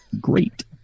Great